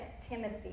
Timothy